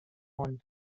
món